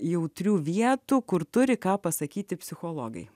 jautrių vietų kur turi ką pasakyti psichologai